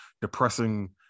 depressing